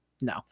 no